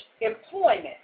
employment